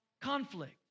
conflict